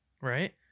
right